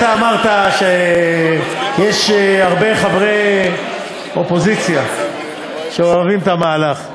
אמרת שיש הרבה חברי אופוזיציה שאוהבים את המהלך.